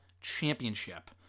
Championship